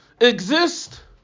exist